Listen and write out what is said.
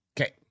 okay